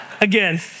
again